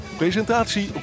presentatie